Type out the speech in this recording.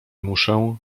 muszę